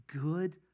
good